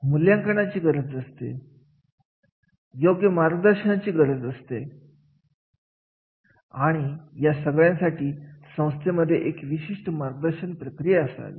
मूल्यांकनाची गरज असते योग्य मार्गदर्शनाची गरज असते आणि या सगळ्यासाठी संस्थेमध्ये एक विशिष्ट मार्गदर्शन प्रक्रिया असावी